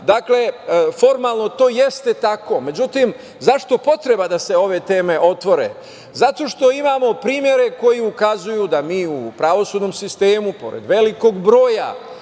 Dakle, formalno to jeste tako.Međutim, zašto potreba da se ove teme otvore? Zato što imamo primere koji ukazuju da mi u pravosudnom sistemu, pored velikog broja,